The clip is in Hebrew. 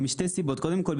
משתי סיבות: קודם כול,